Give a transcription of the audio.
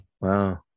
Wow